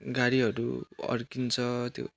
गाडीहरू अड्किन्छ त्यो